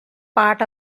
part